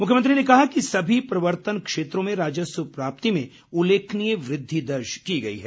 मुख्यमंत्री ने कहा कि सभी प्रवर्तन क्षेत्रों में राजस्व प्राप्ति में उल्लेखनीय वृद्धि दर्ज की गई है